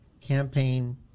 campaign